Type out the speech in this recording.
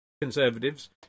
Conservatives